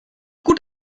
gut